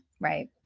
right